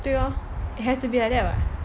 对 lor has to be like that [what]